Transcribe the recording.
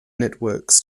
networks